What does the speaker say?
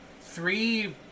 three